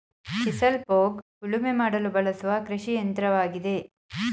chisel plough ಉಳುಮೆ ಮಾಡಲು ಬಳಸುವ ಕೃಷಿಯಂತ್ರವಾಗಿದೆ